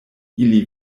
ili